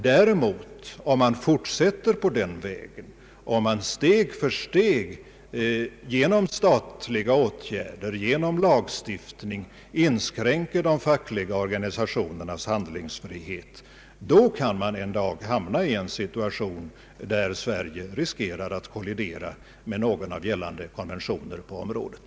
Om man däremot fortsätter på den vägen, om man steg för steg genom statliga åtgärder, genom lagstiftning inskränker de fackliga organisationernas «handlingsfrihet, «då kan man en dag hamna i en situation, där Sverige riskerar att kollidera med någon av gällande konventioner på området.